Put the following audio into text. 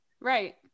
right